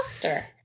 doctor